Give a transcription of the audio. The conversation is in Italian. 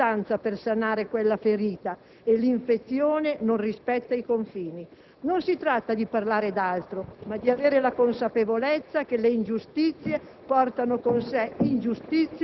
Non abbiamo fatto abbastanza per sanare quella ferita e l'infezione non rispetta i confini. Non si tratta di parlare d'altro, ma di avere la consapevolezza che le ingiustizie